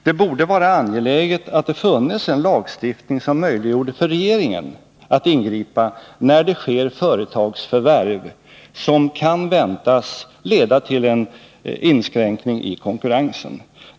Det borde vara angeläget att det funnes en lag som möjliggjorde för regeringen att ingripa när det sker företagsförvärv som kan väntas leda till en inskränkning i konkurrensen.